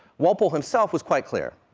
walpole himself was quite clear,